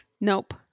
Nope